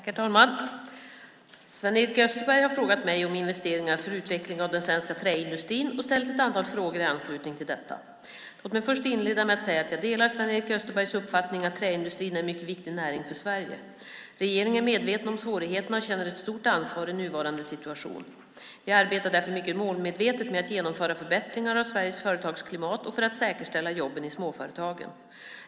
Herr talman! Sven-Erik Österberg har frågat mig om investeringar för utveckling av den svenska träindustrin och ställt ett antal frågor i anslutning till detta. Låt mig inleda med att säga att jag delar Sven-Erik Österbergs uppfattning att träindustrin är en mycket viktig näring för Sverige. Regeringen är medveten om svårigheterna och känner ett stort ansvar i nuvarande situation. Vi arbetar därför mycket målmedvetet med att genomföra förbättringar av Sveriges företagsklimat och för att säkerställa jobben i småföretagen.